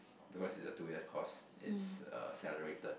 because it's a two year course it's accelerated